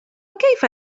كيف